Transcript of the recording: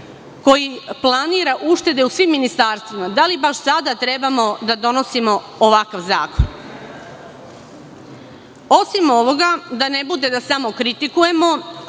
koji planira uštede u svim ministarstvima, da li baš sada treba da donosimo ovakav zakon? Osim ovoga, da ne bude da samo kritikujemo,